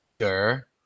Sure